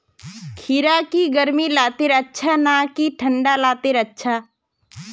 खीरा की गर्मी लात्तिर अच्छा ना की ठंडा लात्तिर अच्छा?